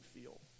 feel